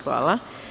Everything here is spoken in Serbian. Hvala.